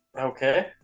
Okay